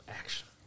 action